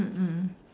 mm mm